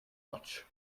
much